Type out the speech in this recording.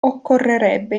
occorrerebbe